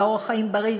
אורח חיים בריא,